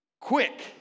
Quick